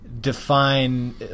define